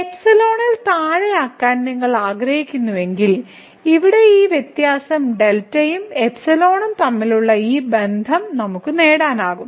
ൽ താഴെയാക്കാൻ നിങ്ങൾ ആഗ്രഹിക്കുന്നുവെങ്കിൽ ഇവിടെ ഈ വ്യത്യാസം δ ഉം ഉം തമ്മിലുള്ള ഈ ബന്ധം നമുക്ക് നേടാനാകും